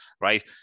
right